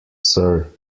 sir